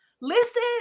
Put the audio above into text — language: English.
listen